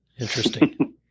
Interesting